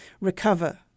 recover